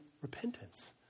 repentance